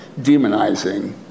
demonizing